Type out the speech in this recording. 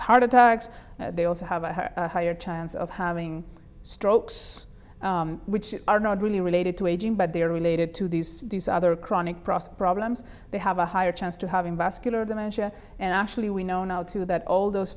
heart attacks they also have a higher chance of having strokes which are not really related to aging but they are related to these other chronic prost problems they have a higher chance to having vascular dementia and actually we know now too that all those